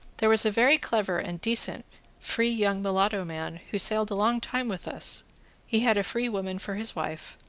there was a very clever and decent free young mulatto-man who sailed a long time with us he had a free woman for his wife,